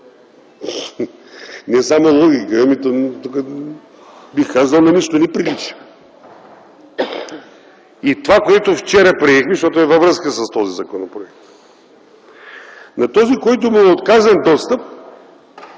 Не само логика, но то тук, бих казал, че на нищо не прилича. И това, което вчера приехме, защото е във връзка с този законопроект. На този, който му е отказан достъп,